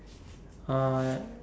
uh